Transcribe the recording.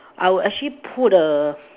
I would actually put a